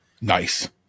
Nice